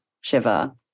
Shiva